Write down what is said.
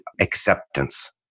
acceptance